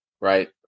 right